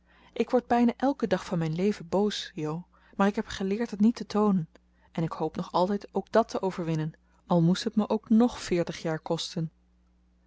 ik word bijna elken dag van mijn leven boos jo maar ik heb geleerd het niet te toonen en ik hoop nog altijd ook dat te overwinnen al moest het me ook ng veertig jaar kosten